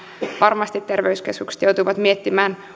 varmasti terveyskeskukset joutuvat miettimään